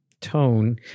tone